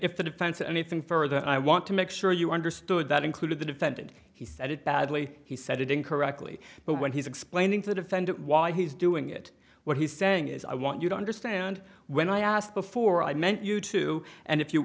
if the defense or anything further i want to make sure you understood that included the defendant he said it badly he said it incorrectly but when he's explaining to the defendant why he's doing it what he's saying is i want you to understand when i asked before i meant you to and if you